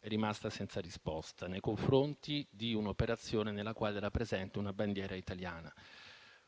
è rimasta senza risposta, nei confronti di un'operazione nella quale era presente una bandiera italiana.